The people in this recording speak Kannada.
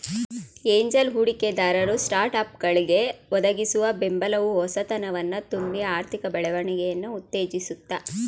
ಏಂಜಲ್ ಹೂಡಿಕೆದಾರರು ಸ್ಟಾರ್ಟ್ಅಪ್ಗಳ್ಗೆ ಒದಗಿಸುವ ಬೆಂಬಲವು ಹೊಸತನವನ್ನ ತುಂಬಿ ಆರ್ಥಿಕ ಬೆಳವಣಿಗೆಯನ್ನ ಉತ್ತೇಜಿಸುತ್ತೆ